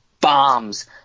bombs